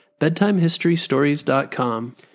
bedtimehistorystories.com